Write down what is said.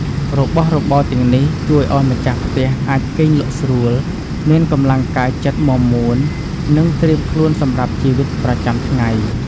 របស់របរទាំងនេះជួយឲ្យម្ចាស់ផ្ទះអាចគេងលក់ស្រួល មានកម្លាំងកាយចិត្តមាំមួន និងត្រៀមខ្លួនសម្រាប់ជីវិតប្រចាំថ្ងៃ។